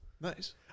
Nice